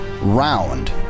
round